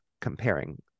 comparing